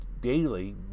daily